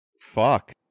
Fuck